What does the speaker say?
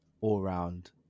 All-round